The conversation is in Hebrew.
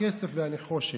הכסף והנחושת.